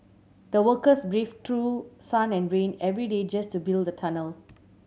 the workers braved through sun and rain every day just to build the tunnel